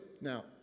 Now